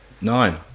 nine